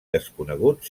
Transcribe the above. desconegut